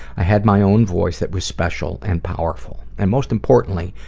i had my own voice that was special and powerful. and most importantly,